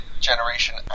generation